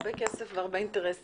הרבה כסף ויש הרבה אינטרסים.